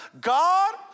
God